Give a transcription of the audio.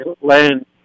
land